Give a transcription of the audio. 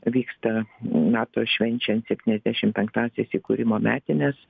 vyksta nato švenčiant septyniasdešim penktąsias įkūrimo metines